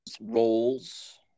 roles